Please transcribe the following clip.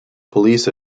police